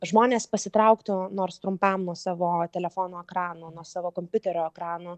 žmonės pasitrauktų nors trumpam nuo savo telefono ekrano nuo savo kompiuterio ekrano